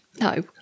No